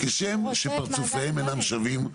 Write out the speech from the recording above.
כשם שפרצופיהם אינם שווים,